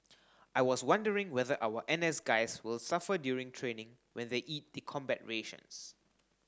I was wondering whether our N S guys will suffer during training when they eat the combat rations